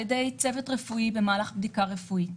על ידי צוות רפואי במהלך בדיקה רפואית,